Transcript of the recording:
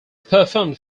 performed